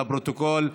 לפרוטוקול,